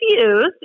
confused